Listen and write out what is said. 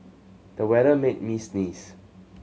the weather made me sneeze